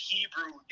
Hebrew